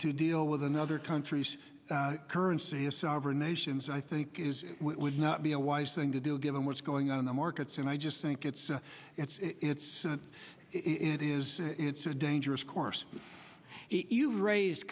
to deal with another country's currency a sovereign nations i think would not be a wise thing to do given what's going on in the markets and i just think it's it's it's it is it's a dangerous course you've raised